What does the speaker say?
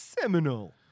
Seminal